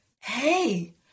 hey